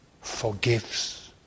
forgives